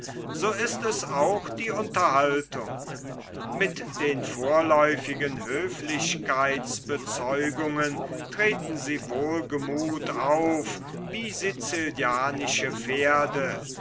so ist es auch die unterhaltung mit den vorläufigen höflichkeitsbezeugungen treten sie wohlgemuth auf wie sicilianische pferde